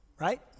right